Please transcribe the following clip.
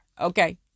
Okay